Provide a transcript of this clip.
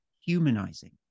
humanizing